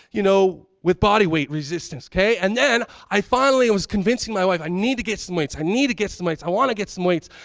you know, with body weight resistance, okay. and then, i finally was convincing my wife, i need to get some weights. i need to get some weights. i wanna get some weights.